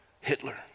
Hitler